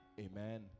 Amen